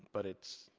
but it's,